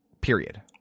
period